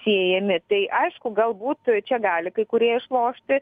siejami tai aišku galbūt čia gali kai kurie išlošti